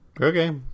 Okay